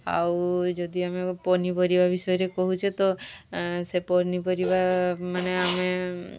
ଆଉ ଯଦି ଆମେ ପନିପରିବା ବିଷୟରେ କହୁଛେ ତ ସେ ପନିପରିବା ମାନେ ଆମେ